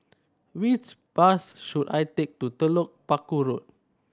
which bus should I take to Telok Paku Road